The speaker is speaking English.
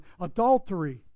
adultery